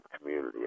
community